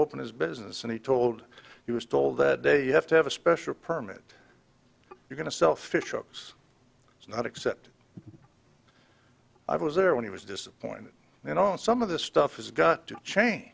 open his business and he told he was told that day you have to have a special permit you're going to sell fish hooks it's not except i was there when he was disappointed and on some of this stuff has got to change